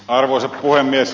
arvoisa puhemies